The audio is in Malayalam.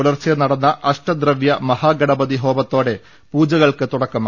പുലർച്ചെ നടന്ന അഷ്ടദ്രവ്യ മഹാഗണപതി ഹോമത്തോടെ പുജ കൾക്ക് തുടക്കമായി